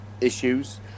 issues